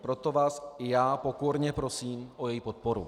Proto vás i já pokorně prosím o její podporu.